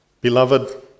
Beloved